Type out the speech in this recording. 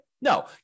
No